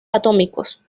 atómicos